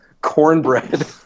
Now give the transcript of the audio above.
cornbread